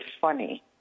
funny